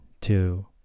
two